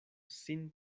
sin